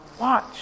watch